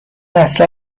اصلا